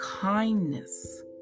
kindness